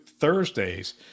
Thursdays